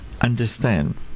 understand